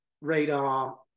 radar